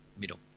middle